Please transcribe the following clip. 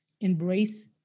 embrace